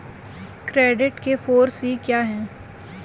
Credit के four C क्या हैं?